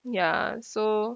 ya so